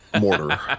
mortar